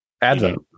Advent